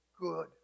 good